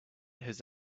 his